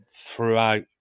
throughout